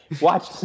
watch